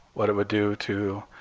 what it would do to